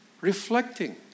reflecting